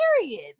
Period